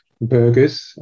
burgers